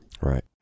Right